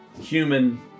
human